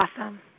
Awesome